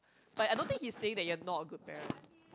but I don't think he saying you're not a good parent